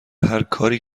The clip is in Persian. هرکاری